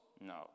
No